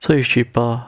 so it's cheaper